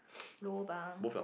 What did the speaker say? lobang